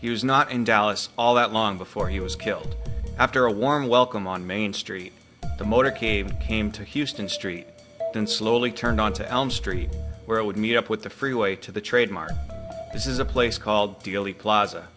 he was not in dallas all that long before he was killed after a warm welcome on main street the motorcade came to houston street and slowly turned on to elm street where he would meet up with the freeway to the trade mart this is a place called dealey plaza